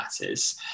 matters